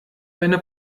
deine